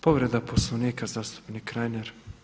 Povreda Poslovnika zastupnik Reiner.